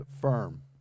firm